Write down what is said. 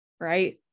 right